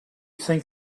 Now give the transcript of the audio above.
think